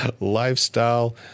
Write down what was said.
lifestyle